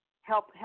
help